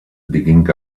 digging